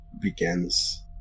begins